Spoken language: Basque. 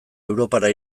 europara